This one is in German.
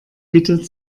bitte